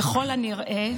ככל הנראה,